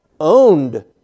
owned